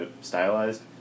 stylized